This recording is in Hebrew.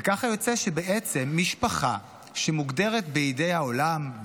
וככה יוצא שבעצם המשפחה מוגדרת בידי העולם,